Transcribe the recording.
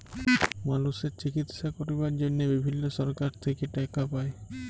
মালসর চিকিশসা ক্যরবার জনহে বিভিল্ল্য সরকার থেক্যে টাকা পায়